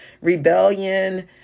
rebellion